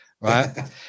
right